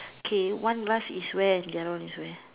okay one glass is where and the other one is where